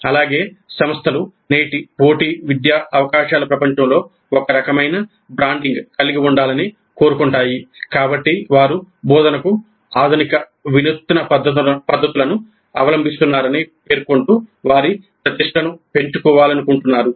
అలాగే సంస్థలు నేటి పోటీ విద్యా అవకాశాల ప్రపంచంలో ఒకరకమైన బ్రాండింగ్ కలిగి ఉండాలని కోరుకుంటాయి కాబట్టి వారు బోధనకు ఆధునిక వినూత్న పద్ధతులను అవలంబిస్తున్నారని పేర్కొంటూ వారి ప్రతిష్టను పెంచుకోవాలనుకుంటున్నారు